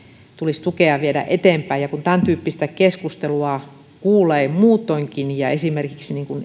tulisi tukea ja viedä eteenpäin ja kun tämäntyyppistä keskustelua kuulee muutoinkin ja esimerkiksi